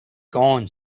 gone